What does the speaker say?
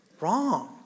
Wrong